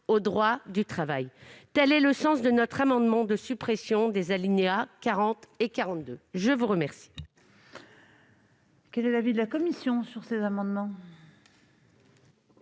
droit du travail. Tel est le sens de notre amendement de suppression des alinéas 40 et 42. Quel